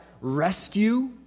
rescue